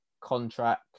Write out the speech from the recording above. contract